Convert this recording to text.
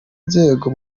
nzego